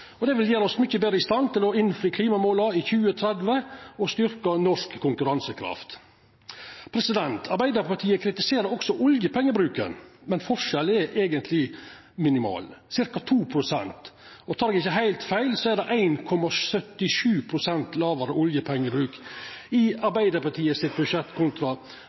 klimagassutsleppa. Det vil gjera oss mykje betre i stand til å innfri klimamåla i 2030 og styrkja norsk konkurransekraft. Arbeidarpartiet kritiserer også oljepengebruken, men forskjellen er eigentleg minimal – ca. 2 pst. Og tek eg ikkje heilt feil, er det 1,77 pst. lågare oljepengebruk i Arbeidarpartiets budsjett kontra regjeringa sitt